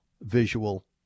visual